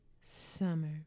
summer